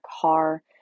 car